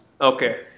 Okay